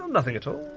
um nothing at all.